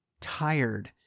tired